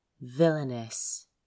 Villainous